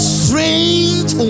strange